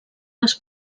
les